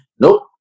nope